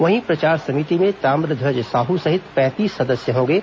वहीं प्रचार समिति में ताम्रध्वज साहू सहित पैंतीस सदस्य रहेंगे